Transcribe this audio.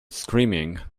screaming